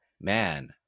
man